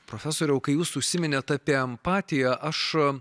profesoriau kai jūs užsiminėt apie empatiją aš